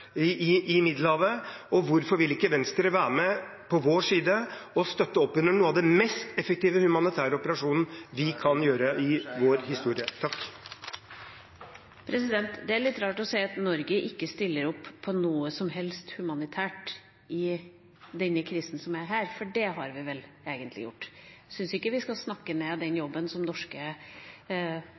helst humanitært i Middelhavet, og hvorfor vil ikke Venstre være med på vår side og støtte opp under en av de mest effektive humanitære operasjonene vi kan gjøre … Det er litt rart å si at Norge ikke stiller opp på noe som helst humanitært i denne krisen, for det har vi vel egentlig gjort. Jeg syns ikke vi skal snakke ned den jobben på den båten som norske